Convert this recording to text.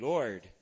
Lord